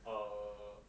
err